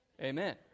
amen